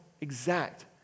exact